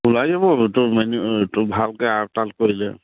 ওলাই যাব এইটো এইটো ভালকে আপডাল কৰিলে